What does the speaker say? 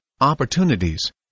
opportunities